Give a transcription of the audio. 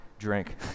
drink